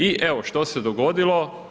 I evo, što se dogodilo?